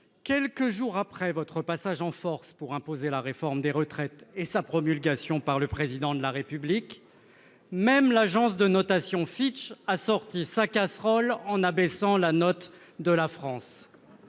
quelques jours après votre passage en force pour imposer la réforme des retraites et sa promulgation par le président de la République. Même l'agence de notation Fitch a sorti sa casserole en abaissant la note de la France.